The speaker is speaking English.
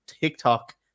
TikTok